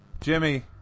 Jimmy